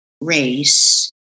race